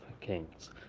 Kings